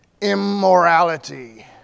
immorality